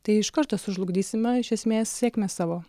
tai iš karto sužlugdysime iš esmės sėkmę savo